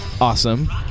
Awesome